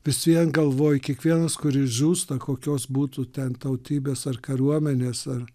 vis vien galvoji kiekvienas kuris žūsta kokios būtų ten tautybės ar kariuomenės ar